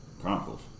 Chronicles